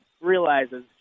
realizes